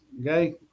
Okay